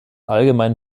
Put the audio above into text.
allgemeinen